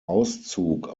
auszug